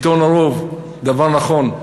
שלטון הרוב, דבר נכון,